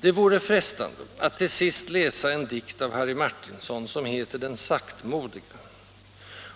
Det vore frestande att till sist läsa en dikt av Harry Martinson, som heter Den saktmodige,